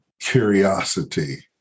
curiosity